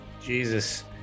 Jesus